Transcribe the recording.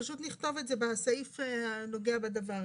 פשוט נכתוב את זה בסעיף הנוגע בדבר.